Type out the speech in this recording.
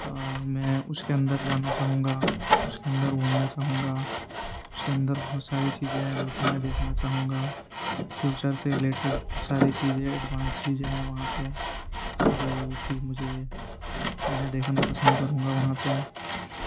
اور میں اس کے اندر جانا چاہوں گا اس کے اندر گھومنا چاہوں گا اس کے اندر بہت ساری چیزیں ہیں جوکہ میں دیکھنا چاہوں گا فیوچر سے رلیٹڈ بہت ساری چیزیں ایڈوانس ہیں وہاں پہ جوکہ مجھے میں دیکھنا پسند کروں گا وہاں پہ